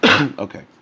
okay